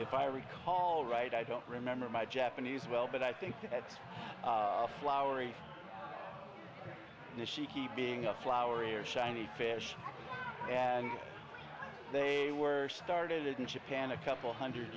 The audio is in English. if i recall right i don't remember my japanese well but i think that's flowery if she keep being a flowery or shiny fish and they were started in japan a couple hundred